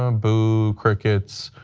um boo, crickets.